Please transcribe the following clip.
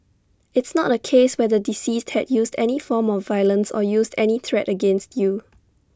it's not A case where the deceased had used any form of violence or used any threat against you